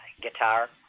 guitar